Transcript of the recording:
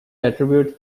attribute